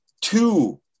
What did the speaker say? two